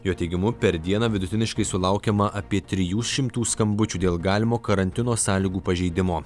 jo teigimu per dieną vidutiniškai sulaukiama apie trijų šimtų skambučių dėl galimo karantino sąlygų pažeidimo